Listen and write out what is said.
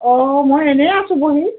অঁ মই এনেই আছোঁ বহি